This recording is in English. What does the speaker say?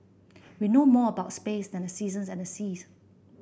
we know more about space than the seasons and the seas